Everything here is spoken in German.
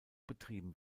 betrieben